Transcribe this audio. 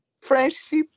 Friendship